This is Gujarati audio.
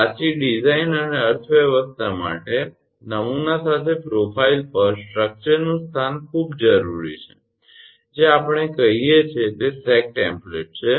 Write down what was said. સાચી ડિઝાઈન અને અર્થવ્યવસ્થા માટે નમૂના સાથે પ્રોફાઇલ પર સ્ટ્રક્ચર્સનું સ્થાન ખૂબ જરૂરી છે કે જે આપણે કહીએ છીએ તે સેગ ટેમ્પલેટ છે